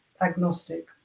agnostic